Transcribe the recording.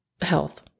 health